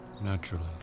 naturally